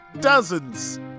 Dozens